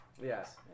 Yes